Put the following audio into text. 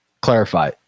clarify